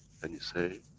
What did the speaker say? and you say,